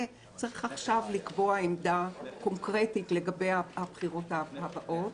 צריך עכשיו לקבוע עמדה קונקרטית לגבי הבחירות הבאות,